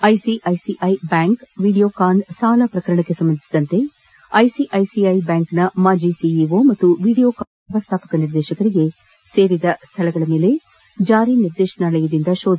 ICICI bank Videocon ಸಾಲ ಪ್ರಕರಣಕ್ಕೆ ಸಂಬಂಧಿಸಿದಂತೆ ಐಸಿಐಸಿಐ ಬ್ಯಾಂಕ್ ನ ಮಾಜಿ ಸಿಇಓ ಮತ್ತು ವಿದಿಯೋಕಾನ್ ಸಮೂಹದ ವ್ಯವಸ್ಥಾಪಕ ನಿರ್ದೇಶಕರಿಗೆ ಸೇರಿದ ಸ್ಥಳಗಳ ಮೇಲೆ ಕಾರ್ಯಾಚರಣೆ ಜಾರಿ ನಿರ್ದೇಶನಾಲಯದಿಂದ ಶೋಧ